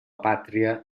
pàtria